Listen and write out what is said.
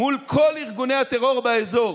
מול כל ארגוני הטרור באזור.